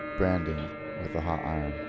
branding with a hot iron.